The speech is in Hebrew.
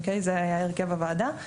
אוקיי זה היה הרכב הוועדה.